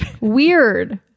weird